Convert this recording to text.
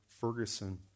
Ferguson